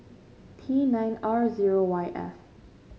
T nine R zero Y F